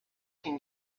can